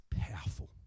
powerful